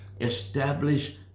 establish